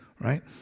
right